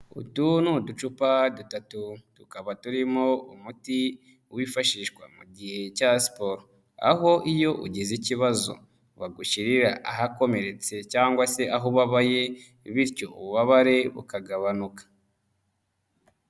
Utu ni uducupa dutatu, tukaba turimo umuti wifashishwa mu gihe cya siporo. Aho iyo ugize ikibazo, bagushyirira ahakomeretse cyangwa se aho ubabaye bityo ububabare bukagabanuka.